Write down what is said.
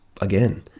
again